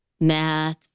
math